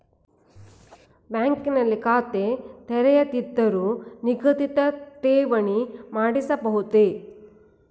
Bank ನಲ್ಲಿ ಖಾತೆ ತೆರೆಯದಿದ್ದರೂ ನಿಗದಿತ ಠೇವಣಿ ಮಾಡಿಸಬಹುದೇ?